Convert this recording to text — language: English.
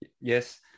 Yes